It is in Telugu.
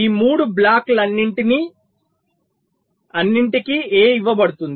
ఈ 3 బ్లాక్లన్నింటికీ A ఇవ్వబడుతుంది